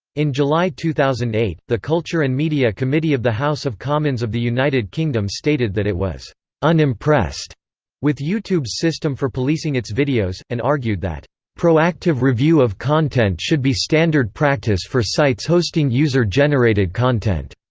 in july two thousand and eight, the culture and media committee of the house of commons of the united kingdom stated that it was unimpressed with youtube's system for policing its videos, and argued that proactive review of content should be standard practice for sites hosting user-generated content.